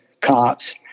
cops